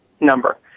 number